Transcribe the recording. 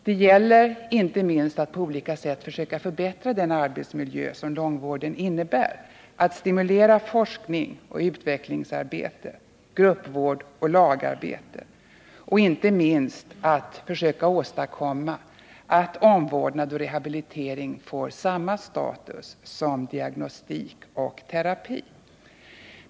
Det gäller att på olika sätt söka förbättra den arbetsmiljö som långvården innebär, att stimulera forskning och utvecklingsarbete, gruppvård och lagarbete och inte minst att försöka åstadkomma att omvårdnad och rehabilitering får samma status som diagnostik och terapi.